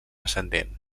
ascendent